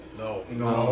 no